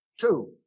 Two